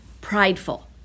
prideful